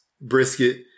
brisket